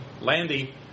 Landy